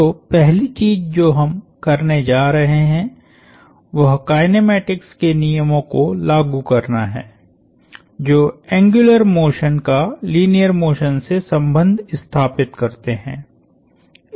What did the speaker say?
तो पहली चीज जो हम करने जा रहे हैं वह काइनेमेटिक्स के नियमों को लागू करना है जो एंग्युलर मोशन का लीनियर मोशन से संबंध स्थापित करते है